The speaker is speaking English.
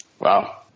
Wow